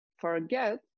forget